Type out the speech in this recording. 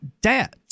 debt